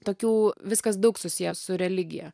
tokių viskas daug susiję su religija